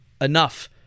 enough